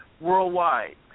worldwide